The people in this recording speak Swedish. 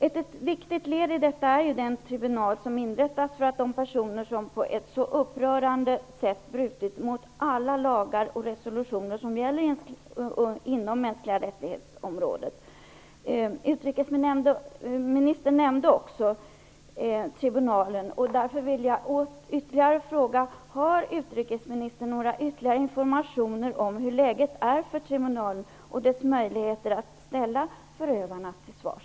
Ett viktigt led i detta är den tribunal som inrättats med tanke på de personer som på ett så upprörande sätt brutit mot alla de lagar och resolutioner som gäller på det mänskliga rättighetsområdet. Utrikesministern nämnde tribunalen, därför vill jag fråga: Har utrikesministern några ytterligare informationer om tribunalen och dess möjligheter att ställa förövarna till svars?